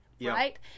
right